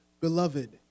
Beloved